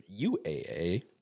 UAA